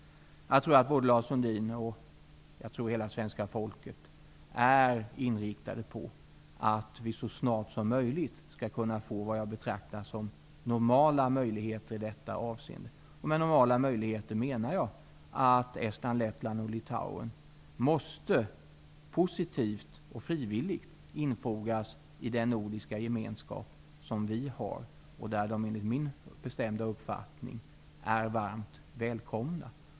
Jag tror att både Lars Sundin och hela svenska folket är inriktade på att vi så snart som möjligt skall kunna få vad jag betraktar som normala möjligheter i detta avseende. Med normala möjligheter menar jag att Estland, Lettland och Litauen måste positivt och frivilligt infogas i den nordiska gemenskap som vi har och där de enligt min bestämda uppfattning är varmt välkomna.